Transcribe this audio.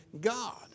God